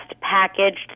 packaged